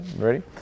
ready